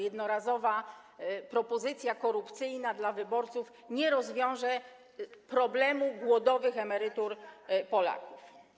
Jednorazowa propozycja korupcyjna dla wyborców nie rozwiąże problemu głodowych emerytur Polaków.